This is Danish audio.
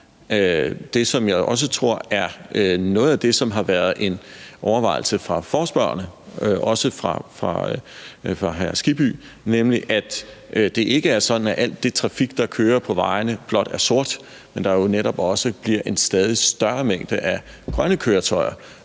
det, som jeg også tror er noget af det, som har været en overvejelse fra forespørgernes og også fra hr. Hans Kristian Skibbys side, nemlig at det ikke er sådan, at al den trafik, der kører på vejene, blot er sort, men at der jo netop også bliver en stadig større mængde af grønne køretøjer,